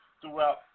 throughout